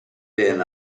been